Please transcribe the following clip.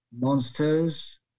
monsters